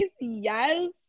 yes